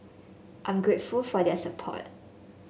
I'm grateful for their support